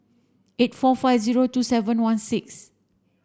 eight four five zero two seven one six